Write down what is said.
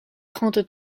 trente